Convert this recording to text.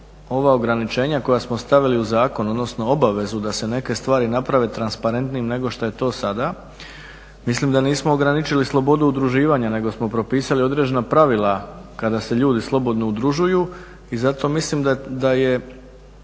ova ograničenja koja smo stavili u zakon, odnosno obavezu da se neke stvari naprave transparentnijim nego što je to sada, mislim da nismo ograničili slobodu udruživanja, nego smo propisali određena pravila kada se ljudi slobodno udružuju. I zato mislim da su